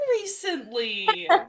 recently